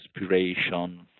inspiration